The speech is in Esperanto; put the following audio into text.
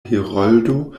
heroldo